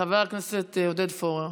חבר הכנסת עודד פורר.